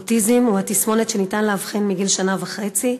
אוטיזם הוא תסמונת שאפשר לאבחן מגיל שנה וחצי.